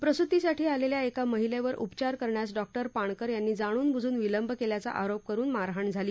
प्रसूतीसाठी आलेल्या एका महिलेवर उपचार करण्यास डॉक्टर पाणकर यांनी जाणूनबुजून विलंब केल्याचा आरोप करुन मारहाण झाली